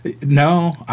No